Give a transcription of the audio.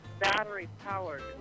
battery-powered